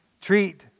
treat